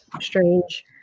strange